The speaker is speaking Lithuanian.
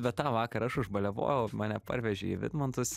bet tą vakarą aš užbaliavojau mane parvežė į vidmantus